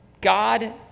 God